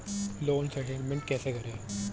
Loan settlement कैसे करें?